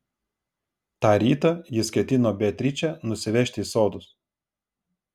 tą rytą jis ketino beatričę nusivežti į sodus